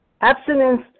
Abstinence